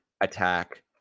attack